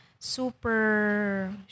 super